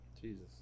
Jesus